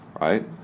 right